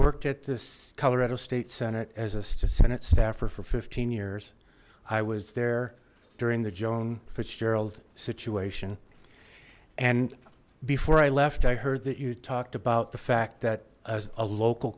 worked at this colorado state senate as a senate staffer for fifteen years i was there during the joan fitzgerald situation and before i left i heard that you talked about the fact that a local